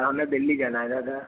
हमें दिल्ली जाना है दादा